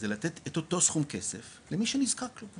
זה לתת את אותו סכום כסף למי שנזקק לו,